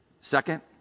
Second